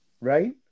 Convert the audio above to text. right